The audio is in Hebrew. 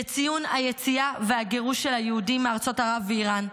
לציון היציאה והגירוש של היהודים מארצות ערב ואיראן.